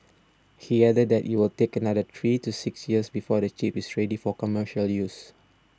he added that it will take another three to six years before the chip is ready for commercial use